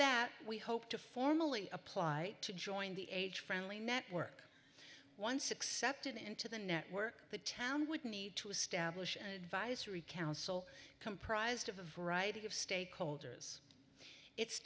that we hope to formally apply to join the age friendly network once accepted into the network the town would need to establish an advisory council comprised of a variety of stakeholders it